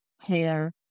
hair